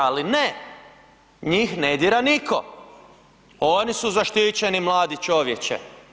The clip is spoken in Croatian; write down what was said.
Ali ne, njih ne dira niko, oni su zaštićeni mladi čovječe.